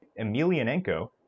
Emelianenko